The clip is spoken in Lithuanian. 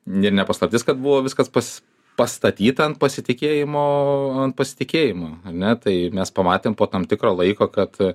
ir ne paslaptis kad buvo viskas bus pastatyta ant pasitikėjimo pasitikėjimo ar ne tai mes pamatėm po tam tikro laiko kad